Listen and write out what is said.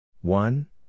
One